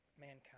mankind